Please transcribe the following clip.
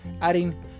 adding